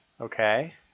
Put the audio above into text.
Okay